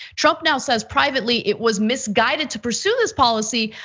trump now says privately it was misguided to pursue this policy,